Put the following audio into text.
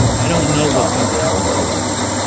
i don't know what's going to happen to your life,